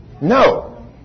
No